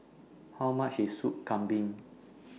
How much IS Soup Kambing